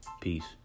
Peace